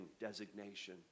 designation